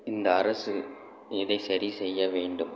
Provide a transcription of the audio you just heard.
இந்த அரசு இதை சரிசெய்ய வேண்டும்